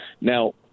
Now